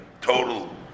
total